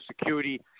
Security